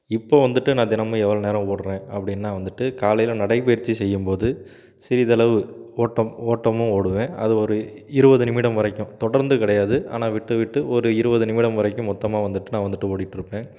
இப்போ வந்துவிட்டு நான் தினமும் எவ்வளோ நேரம் ஓடுறேன் அப்படின்னா வந்துவிட்டு காலையில் நடைப்பயிற்சி செய்யும் போது சிறிதளவு ஓட்டம் ஓட்டமும் ஓடுவேன் அது ஒரு இருவது நிமிடம் வரைக்கும் தொடர்ந்து கிடையாது ஆனால் விட்டு விட்டு ஒரு இருபது நிமிடம் வரைக்கும் மொத்தமாக வந்துவிட்டு நான் வந்துவிட்டு ஓடிட்டுருப்பேன்